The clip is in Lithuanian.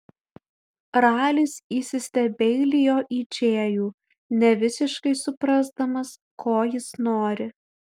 ralis įsistebeilijo į džėjų nevisiškai suprasdamas ko jis nori